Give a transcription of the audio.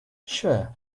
sure